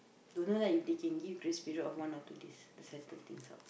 don't know lah if they can give grace period of one or two days to settle things out